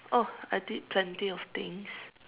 oh I did plenty of things